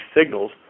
signals